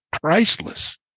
priceless